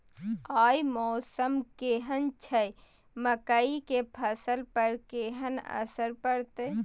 आय मौसम केहन छै मकई के फसल पर केहन असर परतै?